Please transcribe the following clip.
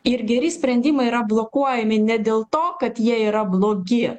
ir geri sprendimai yra blokuojami ne dėl to kad jie yra blogi